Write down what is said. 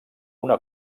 una